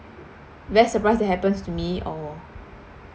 best surprise that happens to me or